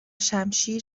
شمشیر